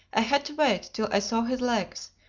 i had to wait till i saw his legs,